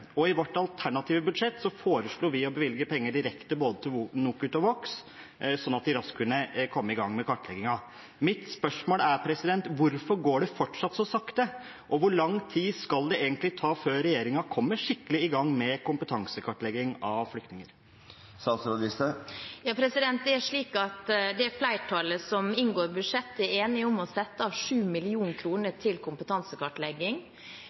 Og i vårt alternative budsjett foreslo vi å bevilge penger direkte til både NOKUT og Vox, slik at de raskt kunne komme i gang med kartleggingen. Mitt spørsmål er: Hvorfor går det fortsatt så sakte, og hvor lang tid skal det egentlig ta før regjeringen kommer skikkelig i gang med kompetansekartlegging av flyktninger? Det er slik at det flertallet som inngår avtale om budsjett, er enig om å sette av 7 mill. kr til kompetansekartlegging.